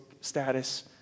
status